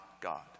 God